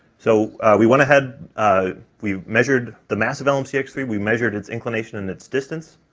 so we went ahead, we've measured the mass of lmc x three, we measured its inclination in its distance,